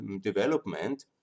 development